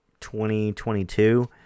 2022